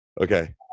Okay